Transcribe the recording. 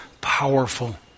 powerful